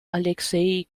alexeï